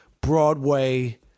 Broadway